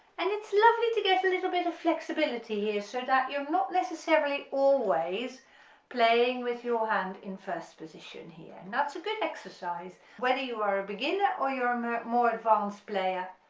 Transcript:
and it's lovely to get a little bit of flexibility here so that you're not necessarily always playing with your hand in first position here and that's a good exercise whether you are a beginner or you're um a more advanced player